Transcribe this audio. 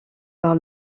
par